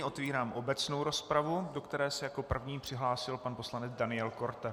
Otevírám obecnou rozpravu, do které se jako první přihlásil pan poslanec Daniel Korte.